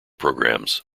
programs